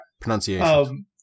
Pronunciation